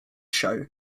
show